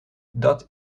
dat